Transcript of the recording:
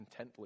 contently